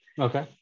Okay